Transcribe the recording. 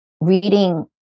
reading